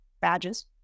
badges